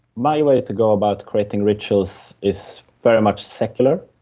my way to go about creating rituals is very much secular.